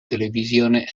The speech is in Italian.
televisione